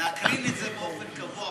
אפשר להקרין את זה במליאה באופן קבוע,